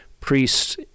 priests